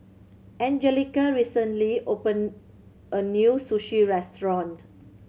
Anjelica recently opened a new Sushi Restaurant